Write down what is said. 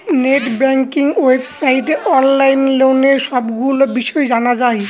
net banking ওয়েবসাইটে online লোনের সবগুলো বিষয় জানা যায়